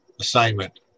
assignment